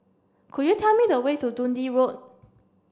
could you tell me the way to Dundee Road